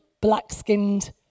black-skinned